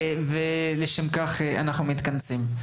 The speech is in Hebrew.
ולשם כך אנחנו מתכנסים.